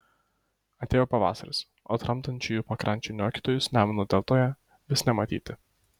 atėjo pavasaris o tramdančiųjų pakrančių niokotojus nemuno deltoje vis nematyti